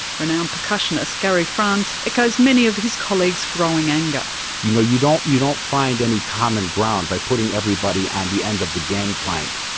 renowned percussionist, gary france, echoes many of his colleagues' growing anger you know, you don't you don't find any common ground by putting everybody on the end of the gangplank,